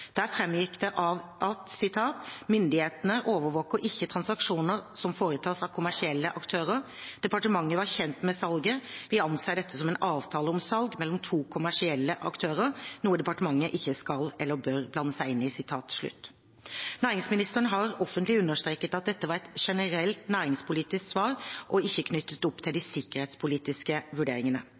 Der framgikk det at: Myndighetene overvåker ikke transaksjoner som foretas av kommersielle aktører. Departementet var kjent med salget. Vi anser dette som en avtale om salg mellom to kommersielle aktører, noe departementet ikke skal eller bør blande seg inn i. Næringsministeren har offentlig understreket at dette var et generelt næringspolitisk svar og ikke knyttet til de sikkerhetspolitiske vurderingene.